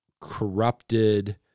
corrupted